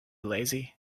lazy